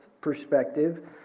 perspective